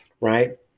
right